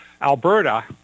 Alberta